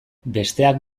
besteak